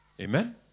Amen